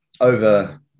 over